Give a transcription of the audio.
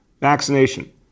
vaccination